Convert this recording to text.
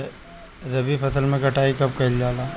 रबी फसल मे कटाई कब कइल जाला?